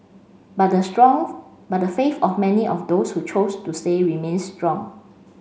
but the strong but the faith of many of those who chose to say remains strong